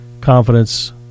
confidence